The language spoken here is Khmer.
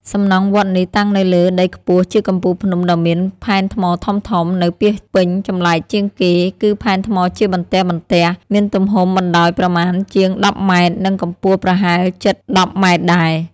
សំណង់វត្តនេះ តាំងនៅលើដីខ្ពស់ជាកំពូលភ្នំដ៏មានផែនថ្មធំៗ នៅពាសពេញចម្លែកជាងគេ គឺផែនថ្មជាបន្ទះៗ មានទំហំបណ្ដោយប្រមាណជាង ១០ ម៉ែត្រ និងកម្ពស់ប្រហែលជិតដប់ម៉ែត្រដែរ ។